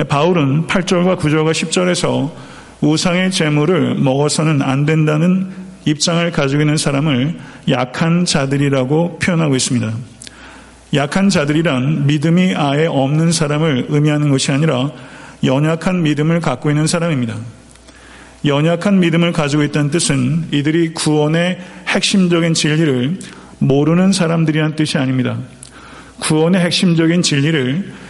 바울은 팔 절과 구 절과 10절에서 우상의 재물을 먹어서는 안 된다는 입장을 가지고 있는 사람을 약한 자들이라고 표현하고 있습니다. 약한 자들이란 믿음이 아예 없는 사람을 의미하는 것이 아니라 연약한 믿음을 갖고 있는 사람입니다. 연약한 믿음을 가지고 있다는 뜻은 이들이 구원의 핵심적인 진리를 모르는 사람들이란 뜻이 아닙니다. 구원의 핵심적인 진리를